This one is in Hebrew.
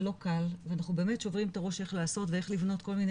זה לא קל ואנחנו באמת שוברים את הראש איך לעשות ואיך לבנות כל מיני